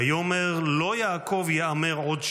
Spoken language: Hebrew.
"ויאמר לא יעקב יֵאָמֵר עוד שמך,